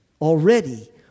already